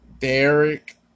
Derek